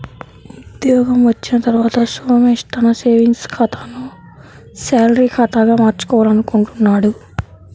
ఉద్యోగం వచ్చిన తర్వాత సోమేష్ తన సేవింగ్స్ ఖాతాను శాలరీ ఖాతాగా మార్చుకోవాలనుకుంటున్నాడు